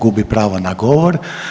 Gubi pravo na govor.